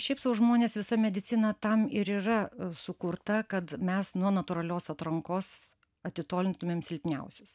šiaip sau žmonės visa medicina tam ir yra sukurta kad mes nuo natūralios atrankos atitolintumėm silpniausius